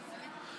פה.